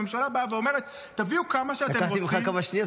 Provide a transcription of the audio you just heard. הממשלה באה ואומרת: תביאו כמה שאתה רוצים -- לקחתי ממך כמה שניות,